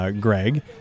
Greg